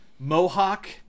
mohawk